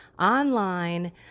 online